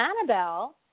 Annabelle